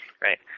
Right